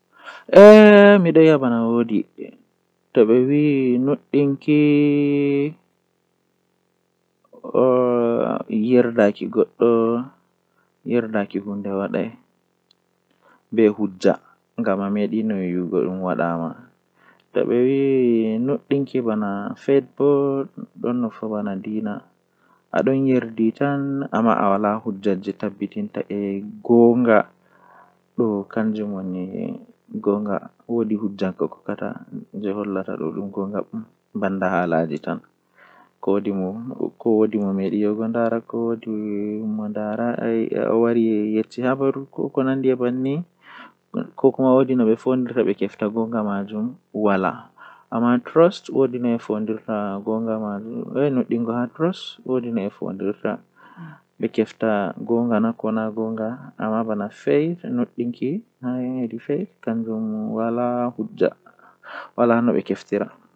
Hoonde didi hoonde, joye jwee didi tati nay joye jweego, hoonde jweetati. Woodi bo jei mi wiyata, hoonde go'o hoonde, bee hoonde tati nay tati hoonde jweetati jweedidi jweetati go'o.